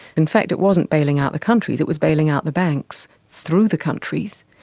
in fact it wasn't bailing out the countries, it was bailing out the banks through the countries,